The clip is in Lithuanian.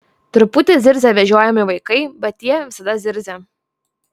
truputį zirzia vežiojami vaikai bet tie visada zirzia